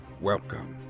Welcome